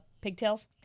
pigtails